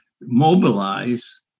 mobilize